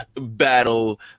battle